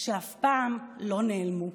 שאף פעם לא נעלמו.